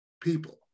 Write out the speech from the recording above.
people